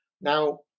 Now